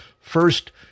first